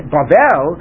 Babel